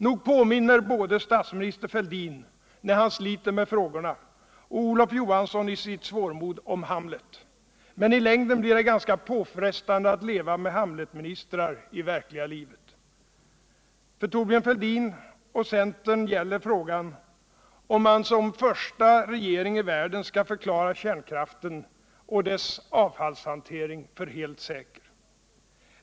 Nog påminner både statsminister Fälldin, när han sliter med frågorna, och Olof Johansson, i sitt svårmod, om Hamlet. Men i längden blir det ganska påfrestande att leva med Hamletministrar i verkliga livet. För Thorbjörn Fälldin och centern gäller frågan, om man som första regering i världen skall förklara kärnkraften och dess avfallshantering för helt säker.